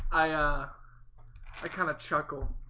i ah i kind of chuckle,